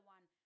One